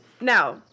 Now